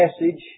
message